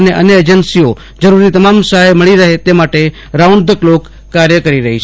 અને અન્ય એજન્સીઓ જરૂરી તમામ સહાય મળી રહે તે માટે રાઉન્ડ ધી ક્લોક કાર્ય કરી રહી છે